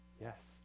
Yes